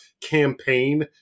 campaign